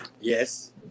Yes